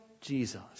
Jesus